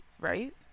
right